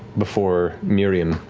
before mirimm,